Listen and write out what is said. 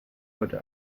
wurde